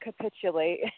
capitulate